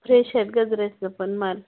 fresh आहेत गजऱ्याचं पण माल